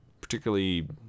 particularly